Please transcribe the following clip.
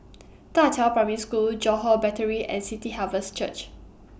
DA Qiao Primary School Johore Battery and City Harvest Church